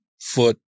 foot